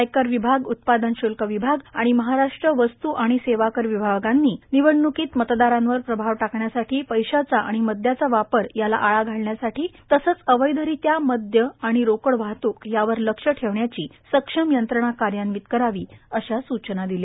आयकर विभाग उत्पादन शुल्क विभाग आणि महाराष्ट्र वस्तू आणि सेवा कर विभागांनी निवडण्कीत मतदारांवर प्रभाव टाकण्यासाठी पैशाचा आणि मदयाचा वापर याला आळा घालण्यासाठी तसंच अवैधरित्या मदय आणि रोकड वाहतुक यावर लक्ष ठेवण्याची सक्षम यंत्रणा कार्यान्वित करावी अशा सुचना दिल्या